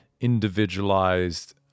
individualized